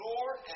Lord